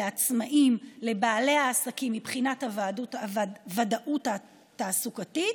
לעצמאים ולבעלי העסקים מבחינת הוודאות התעסוקתית.